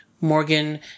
Morgan